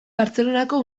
bartzelonako